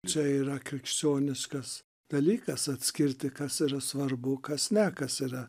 čia yra krikščioniškas dalykas atskirti kas yra svarbu kas ne kas yra